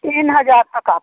तीन हज़ार का काफी है